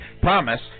Promise